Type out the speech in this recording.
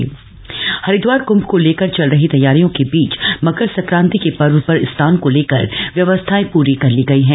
महाकृभ तैयारियां हरिद्वाप्त कृंभ को लेकर चल रही तैयारियों के बीच मकर संक्रांति के पर्व पर स्नाम को लेकर व्यवस्थाएं पूरी कर ली गई है